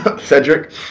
Cedric